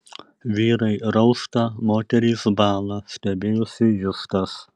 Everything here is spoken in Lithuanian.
vyrai rausta moterys bąla stebėjosi justas